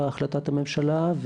החלטת הממשלה,